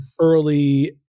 early